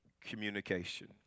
communication